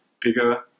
bigger